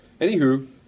anywho